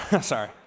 sorry